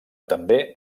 també